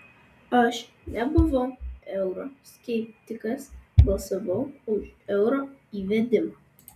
aš nebuvau euro skeptikas balsavau už euro įvedimą